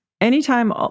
Anytime